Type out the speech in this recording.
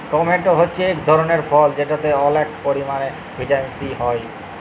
tomato হছে ইক ধরলের ফল যেটতে অলেক পরিমালে ভিটামিল সি হ্যয়